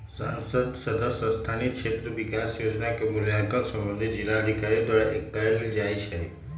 संसद सदस्य स्थानीय क्षेत्र विकास जोजना के मूल्यांकन संबंधित जिलाधिकारी द्वारा कएल जाइ छइ